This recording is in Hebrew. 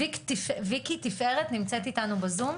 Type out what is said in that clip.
ויקי תפארת נמצאת איתנו בזום?